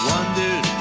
Wondered